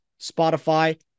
Spotify